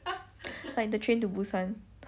like the train to busan